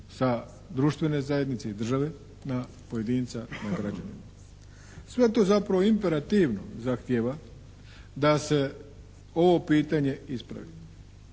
sa društvene zajednice i države na pojedinca, na građane. Sve to zapravo imperativno zahtijeva da se ovo pitanje ispravi.